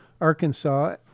Arkansas